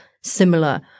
similar